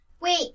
Wait